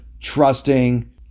trusting